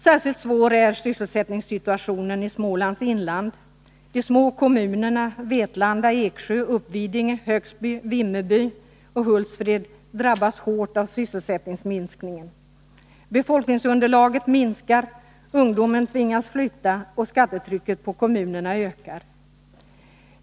Särskilt svår är sysselsättningssituationen i Smålands inland. De små kommunerna Vetlanda, Eksjö, Uppvidinge, Högsby, Vimmerby och Hultsfred drabbas hårt av sysselsättningsminskningen. Befolkningsunderlaget minskar, ungdomen tvingas flytta och skattetrycket på kommunerna ökar.